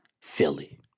Philly